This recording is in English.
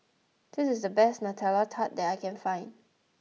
this is the best Nutella Tart that I can find